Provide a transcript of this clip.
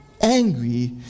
angry